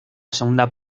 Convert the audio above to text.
segunda